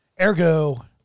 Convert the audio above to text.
Ergo